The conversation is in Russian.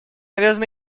обязаны